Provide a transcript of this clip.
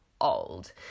old